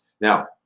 Now